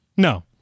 No